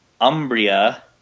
umbria